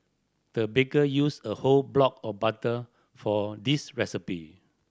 the baker used a whole block of butter for this recipe